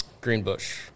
Greenbush